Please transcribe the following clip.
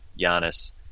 Giannis